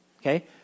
okay